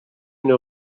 اینو